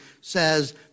says